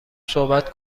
صحبت